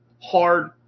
hard